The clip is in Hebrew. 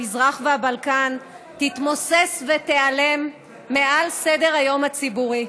המזרח והבלקן תתמוסס ותיעלם מעל סדר-היום הציבורי.